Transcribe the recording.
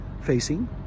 facing